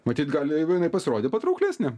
matyt gali jeigu jinai pasirodė patrauklesnė